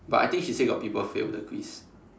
but I think she say got people fail the quiz